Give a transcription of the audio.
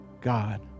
God